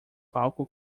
palco